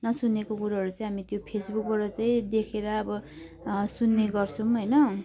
नसुनेको कुरोहरू चाहिँ हामी त्यो फेसबुकबाट चाहिँ देखेर अब सुन्ने गर्छौँ होइन